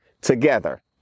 Together